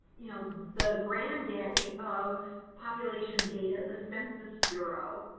you know, the granddaddy of population data the census bureau.